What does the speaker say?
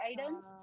items